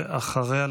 ואחריו,